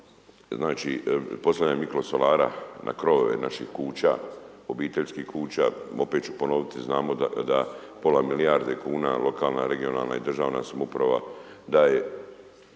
znači postavljanje mikrosolara na krovove naših kuća, obiteljskih kuća, opet ću ponoviti, znamo da pola milijarde kuna lokalna, regionalna i državna samouprava daje,